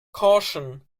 caution